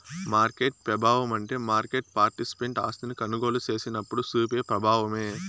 market పెబావమంటే market participant ఆస్తిని కొనుగోలు సేసినప్పుడు సూపే ప్రబావమే